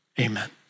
Amen